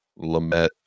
Lamette